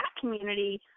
community